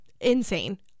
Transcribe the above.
insane